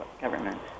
government